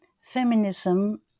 feminism